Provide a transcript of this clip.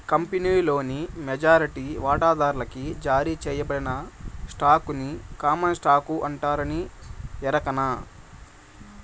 కంపినీలోని మెజారిటీ వాటాదార్లకి జారీ సేయబడిన స్టాకుని కామన్ స్టాకు అంటారని ఎరకనా